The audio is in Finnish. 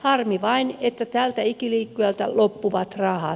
harmi vain että tältä ikiliikkujalta loppuvat rahat